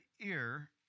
ear